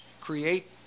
create